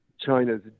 China's